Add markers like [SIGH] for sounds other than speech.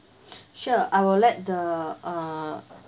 [BREATH] sure I will let the uh